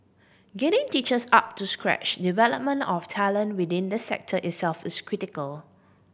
getting teachers up to scratch development of talent within this sector itself is critical